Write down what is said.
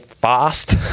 fast